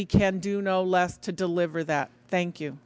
we can do no less to deliver that thank you